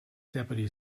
deputy